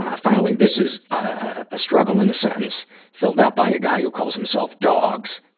ah finally, this is, ah, a struggle in a sentence filled out by a guy who calls himself dogs.